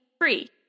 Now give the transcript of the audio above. free